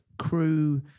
crew